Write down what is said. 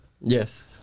Yes